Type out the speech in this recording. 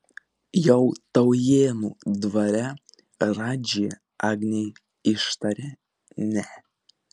jau taujėnų dvare radži agnei ištarė ne